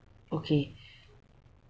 okay